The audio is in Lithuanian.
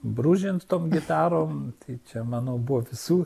brūžint tom gitarom tai čia manau buvo visų